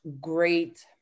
great